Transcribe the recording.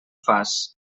fas